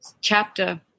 chapter